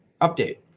update